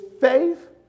faith